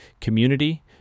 community